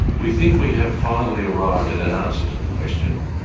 we think we have finally arrived at an answer to the question,